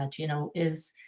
and you know, is,